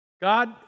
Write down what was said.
God